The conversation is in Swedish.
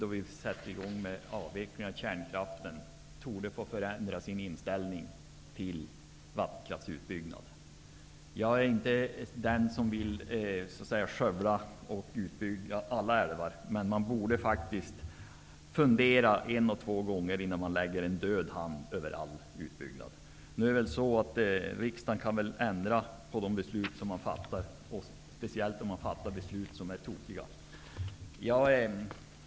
Jag är helt övertygad om att många i riksdagen torde få förändra sin inställning till vattenkraftsutbyggnad då vi sätter i gång med avveckling av kärnkraften. Jag är inte den som vill skövla och bygga ut alla älvar, men man borde fundera både en och två gånger innan man lägger en död hand över all utbyggnad. Riksdagen kan väl ändra på de beslut den fattar -- speciellt om man fattar beslut som är tokiga.